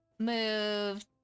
Move